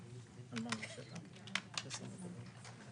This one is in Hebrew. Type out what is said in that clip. הכנסת,